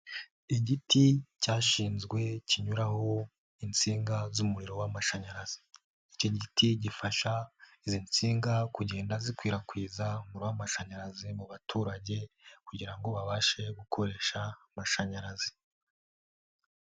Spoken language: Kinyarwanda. Igiti cyashinzwe kinyuraho insinga z'umuriro w'amashanyarazi, iki giti gifasha izi nsinga kugenda zikwirakwiza umuriro w'amashanyarazi mu baturage kugira ngo babashe gukoresha amashanyarazi.